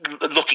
looking